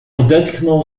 odetchnął